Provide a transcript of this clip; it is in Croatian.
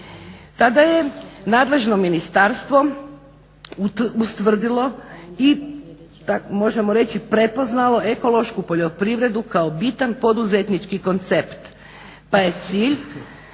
Tada je nadležno ministarstvo ustvrdilo i možemo reći prepoznalo ekološku poljoprivredu kao bitan poduzetnički koncept pa je cilj